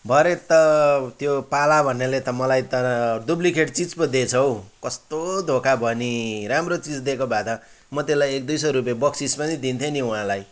भरे त त्यो पाला भन्नेले त मलाई त डुप्लिकेट चिज पो दिएछ हौ कस्तो धोका भयो नि राम्रो चिज दिएको भए त म त्यसलाई एक दुई सौ रुपे बक्सिस पनि दिन्थेँ उहाँलाई